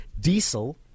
diesel